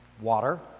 water